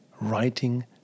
writing